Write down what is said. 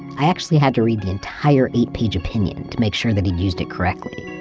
i actually had to read the entire eight page opinion to make sure that he'd used it correctly.